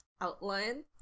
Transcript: outline